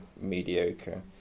mediocre